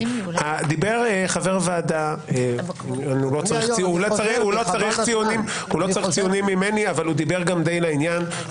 דיבר חבר ועדה הוא לא צריך ציונים ממני אבל הוא דיבר גם די לעניין,